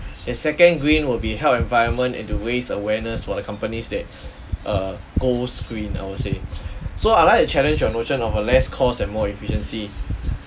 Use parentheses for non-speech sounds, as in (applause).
the second green will be help environment and to raise awareness for the companies that (breath) err goes green I will say so I'd like to challenge your notion of a less cost and more efficiency